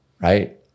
right